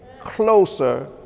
closer